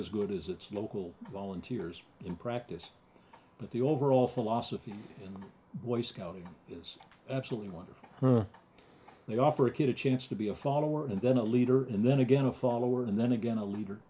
as good as its local volunteers in practice but the overall philosophy and the boy scout is absolutely wonderful they offer a kid a chance to be a follower and then a leader and then again a follower and then again a leader